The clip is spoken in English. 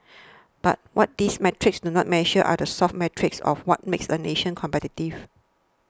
but what these metrics do not measure are the soft metrics of what makes a nation competitive